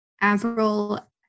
Avril